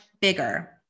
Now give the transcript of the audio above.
bigger